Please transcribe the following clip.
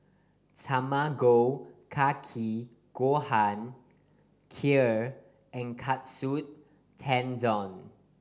Tamago Kake Gohan Kheer and Katsu Tendon